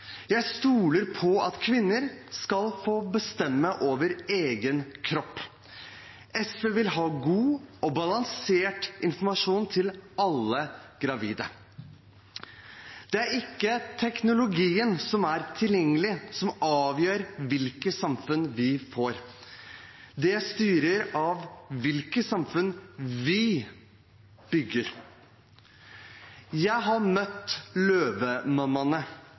Jeg stoler på at kvinner skal få bestemme over egen kropp. SV vil ha god og balansert informasjon til alle gravide. Det er ikke teknologien som er tilgjengelig, som avgjør hvilket samfunn vi får. Det styres av hvilket samfunn vi bygger. Jeg har møtt